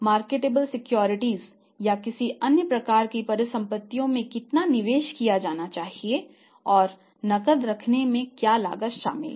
marketable securities या किसी अन्य प्रकार की परिसंपत्तियों में कितना निवेश किया जाना है और नकदी रखने में क्या लागत शामिल है